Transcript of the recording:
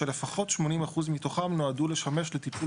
שלפחות 80 אחוז מתוכם נועדו לשמש לטיפול